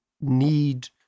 need